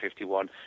51